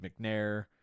McNair